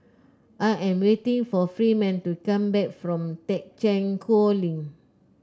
I am waiting for Freeman to come back from Thekchen Choling